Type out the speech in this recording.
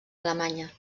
alemanya